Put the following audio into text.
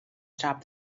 stop